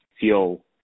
feel